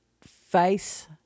face